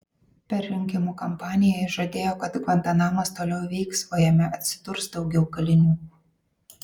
per rinkimų kampaniją jis žadėjo kad gvantanamas toliau veiks o jame atsidurs daugiau kalinių